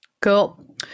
Cool